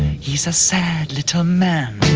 he's a sad little man,